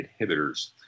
inhibitors